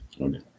Okay